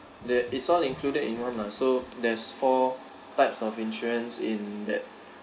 the it's all included in one lah so there's four types of insurance in that